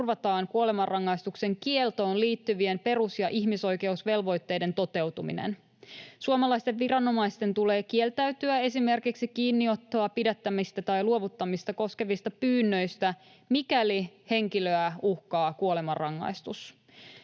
turvataan kuolemanrangaistuksen kieltoon liittyvien perus- ja ihmisoikeusvelvoitteiden toteutuminen. Suomalaisten viranomaisten tulee kieltäytyä esimerkiksi kiinniottoa, pidättämistä tai luovuttamista koskevista pyynnöistä, mikäli henkilöä uhkaa kuolemanrangaistus.